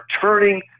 turning –